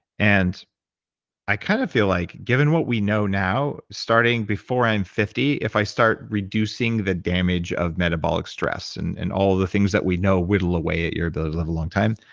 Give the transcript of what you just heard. and i kinda feel like given what we know now, starting before i'm fifty, if i start reducing the damage of metabolic stress, and and all the things that we know whittle away at your ability to live a long time,